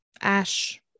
ash